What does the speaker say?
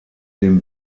dem